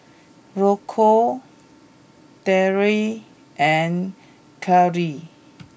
Rocco Daryle and Curley